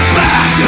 back